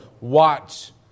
Watch